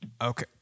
Okay